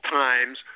times